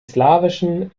slawischen